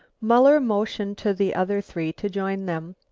muller motioned to the other three to join them.